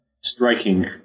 striking